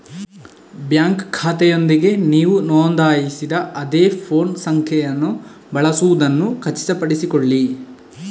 bank ಖಾತೆಯೊಂದಿಗೆ ನೀವು ನೋಂದಾಯಿಸಿದ ಅದೇ ಫೋನ್ ಸಂಖ್ಯೆಯನ್ನು ಬಳಸುವುದನ್ನು ಖಚಿತಪಡಿಸಿಕೊಳ್ಳಿ